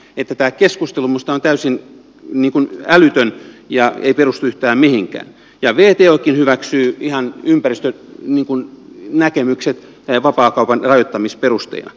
joten tämä keskustelu minusta on täysin älytön eikä perustu yhtään mihinkään ja wtokin hyväksyy ihan ympäristönäkemykset vapaakaupan rajoittamisperusteina